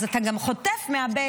אז אתה גם חוטף מהבייס.